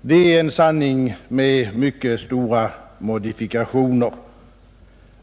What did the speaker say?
Det är nu en sanning med mycket stora modifikationer.